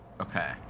Okay